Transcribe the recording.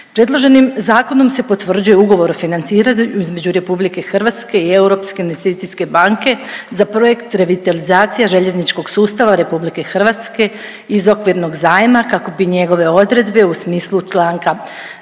Predloženim zakonom se potvrđuje Ugovor o financiranju između RH i Europske investicijske banke za projekt revitalizacija željezničkog sustava RH iz okvirnog zajma kako bi njegove odredbe u smislu čl.